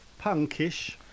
punkish